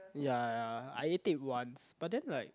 ya ya ya I ate it once but then like